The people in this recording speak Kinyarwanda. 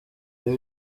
iyo